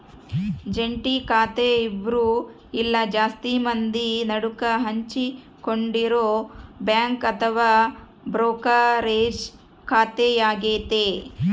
ಜಂಟಿ ಖಾತೆ ಇಬ್ರು ಇಲ್ಲ ಜಾಸ್ತಿ ಮಂದಿ ನಡುಕ ಹಂಚಿಕೊಂಡಿರೊ ಬ್ಯಾಂಕ್ ಅಥವಾ ಬ್ರೋಕರೇಜ್ ಖಾತೆಯಾಗತೆ